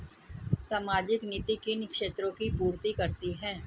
सामाजिक नीति किन क्षेत्रों की पूर्ति करती है?